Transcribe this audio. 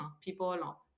people